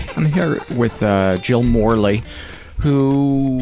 here with ah jill morley who